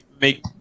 make